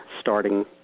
starting